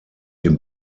dem